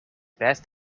best